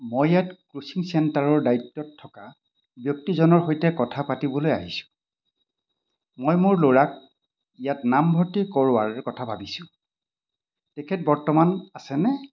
মই ইয়াত কোচিং চেণ্টাৰৰ দায়িত্বত থকা ব্যক্তিজনৰ সৈতে কথা পাতিবলৈ আহিছোঁ মই মোৰ ল'ৰাক ইয়াত নামভৰ্ত্তি কৰোৱাৰ কথা ভাবিছোঁ তেখেত বৰ্তমান আছেনে